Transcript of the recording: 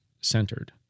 centered